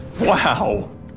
Wow